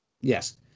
Yes